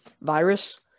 virus